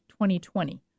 2020